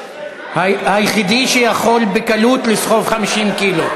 היחידי שיכול בקלות לסחוב 50 קילו.